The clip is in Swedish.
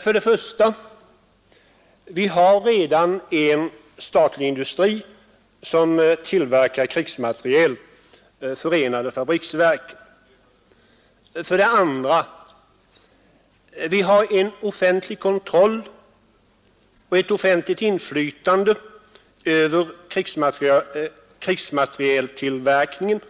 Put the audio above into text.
För det första har vi redan en statlig industri som tillverkar krigsmateriel, nämligen förenade fabriksverken. För det andra har vi en offentlig kontroll och ett offentligt inflytande över krigsmaterieltillverkningen